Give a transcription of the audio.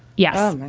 yes.